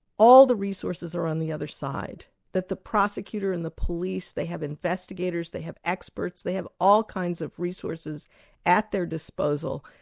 all the resources are on the other side that the prosecutor and the police, they have investigators, they have experts, they have all kinds of resources at their disposal,